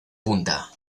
punta